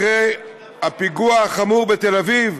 אחרי הפיגוע החמור בתל-אביב,